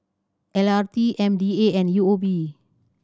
L R T M D A and U O B